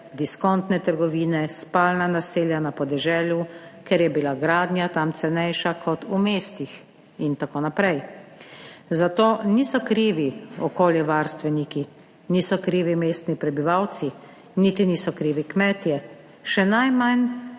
diskontne trgovine, spalna naselja na podeželju, ker je bila gradnja tam cenejša kot v mestih in tako naprej. Za to niso krivi okoljevarstveniki, niso krivi mestni prebivalci, niti niso krivi kmetje, še najmanj